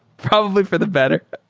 probably for the better.